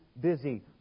busy